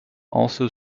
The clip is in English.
also